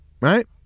Right